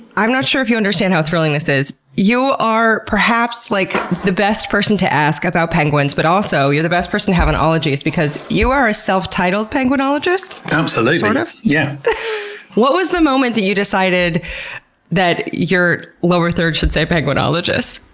i'm not sure if you understand how thrilling this is. you are perhaps like the best person to ask about penguins, but also you're the best person to have on ologies because you are a self-titled penguinologist. absolutely! sort of yeah what was the moment that you decided that your lower third should say penguinologist?